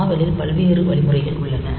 தாவலில் பல்வேறு வழிமுறைகள் உள்ளன